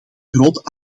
groot